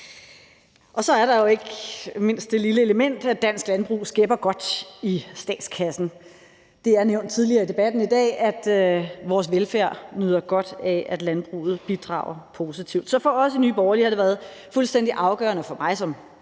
Og så er der jo ikke mindst det lille element, at dansk landbrug skæpper godt i statskassen. Det er nævnt tidligere i debatten i dag, at vores velfærd nyder godt af, at landbruget bidrager positivt. Så for os i Nye Borgerlige og for mig som person har det været fuldstændig afgørende at kaste